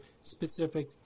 specific